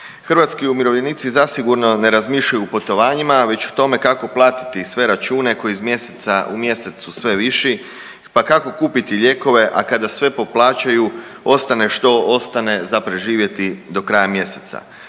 Hrvatski umirovljenici zasigurno ne razmišljaju o putovanjima već o tome kako platiti sve račune koji iz mjeseca u mjesec su sve viši, pa kako kupiti lijekove, a kada sve poplaćaju ostane što ostane za preživjeti do kraja mjeseca.